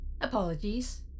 Apologies